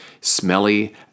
smelly